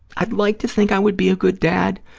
i'd like to think i would be a good dad,